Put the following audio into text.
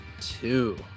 two